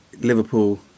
Liverpool